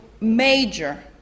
major